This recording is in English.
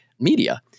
media